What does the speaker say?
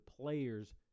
players